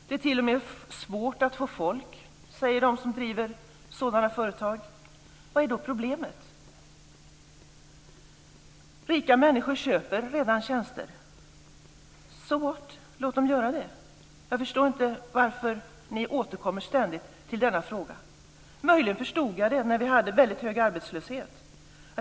Det är t.o.m. svårt att få folk, säger de som driver sådana företag. Vad är då problemet? Rika människor köper redan tjänster. So what? - låt dem göra det. Jag förstår inte varför ni ständigt återkommer till denna fråga. Möjligen förstod jag det när vi hade väldigt hög arbetslöshet.